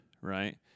right